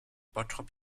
bottrop